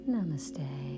Namaste